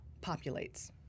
populates